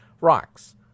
Rocks